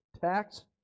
tax